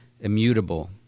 immutable